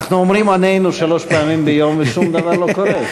אנחנו אומרים "עננו" שלוש פעמים ביום ושום דבר לא קורה.